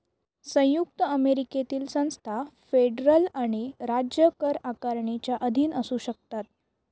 संयुक्त अमेरिकेतील संस्था फेडरल आणि राज्य कर आकारणीच्या अधीन असू शकतात